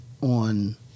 on